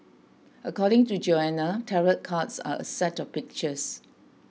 according to Joanna tarot cards are a set of pictures